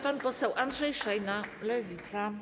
Pan poseł Andrzej Szejna, Lewica.